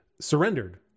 surrendered